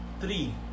three